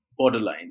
Borderlines